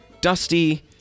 dusty